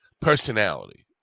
personality